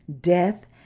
death